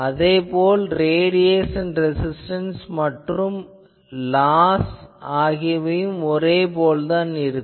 அதே போல radiation resistance என்பதும் லாஸ் அல்லது இழப்பு என்பது ஒரே போல் தான் இருக்கும்